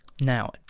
Now